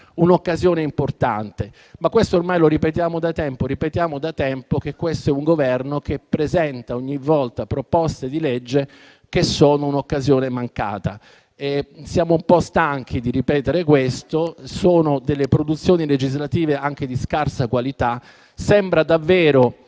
un'occasione importante, ma questo ormai lo ripetiamo da tempo. Ripetiamo da tempo che questo è un Governo che presenta, ogni volta, proposte di legge che rappresentano occasioni mancate. Siamo anche stanchi di ripetere che queste sono produzioni legislative di scarsa qualità. Sembra davvero